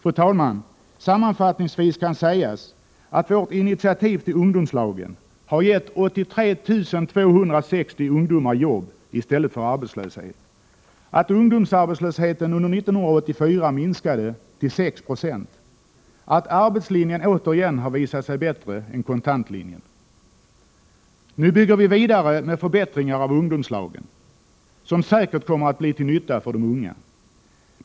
Fru talman! Sammanfattningsvis kan sägas att vårt initiativ till ungdomslagen har givit 83 260 ungdomar jobb i stället för arbetslöshet, att ungdomsarbetslösheten under 1984 minskade till 6 26 och att arbetslinjen återigen har visat sig bättre än kontantlinjen. Nu bygger vi vidare med förbättringar av ungdomslagen, som säkert kommer att bli till nytta för de unga.